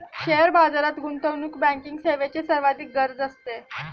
share बाजारात गुंतवणूक banking सेवेची सर्वाधिक गरज असते